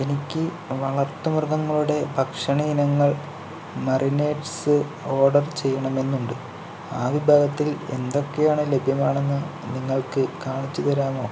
എനിക്ക് വളർത്തു മൃഗങ്ങളുടെ ഭക്ഷണ ഇനങ്ങൾ മറിനേഡ്സ് ഓർഡർ ചെയ്യണമെന്നുണ്ട് ആ വിഭാഗത്തിൽ എന്തൊക്കെയാണ് ലഭ്യമാണെന്ന് നിങ്ങൾക്ക് കാണിച്ചു തരാമോ